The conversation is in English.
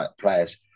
players